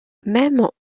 même